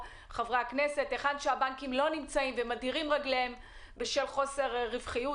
היכן שהבנקים לא נמצאים בשל חוסר רווחיות.